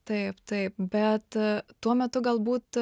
taip taip bet tuo metu galbūt